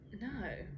no